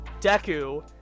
Deku